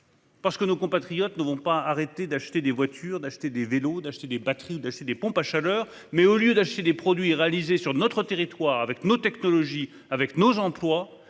: nos compatriotes ne vont pas arrêter d'acheter des voitures, des vélos, des batteries ou des pompes à chaleur, mais, au lieu d'acheter des produits fabriqués sur notre territoire avec nos technologies et nos emplois,